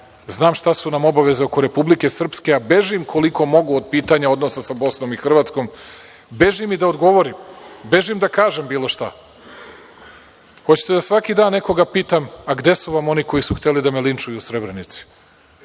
Znam šta su nam obaveze oko Republike Srpske, a bežim koliko mogu od pitanja odnosa sa Bosnom i Hrvatskom. Bežim i da odgovorim. Bežim da kažem bilo šta. Hoćete da svaki dan nekoga pitam – a gde su vam oni koji su hteli da me linčuju u Srebrenici?